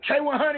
K100